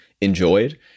enjoyed